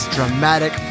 Dramatic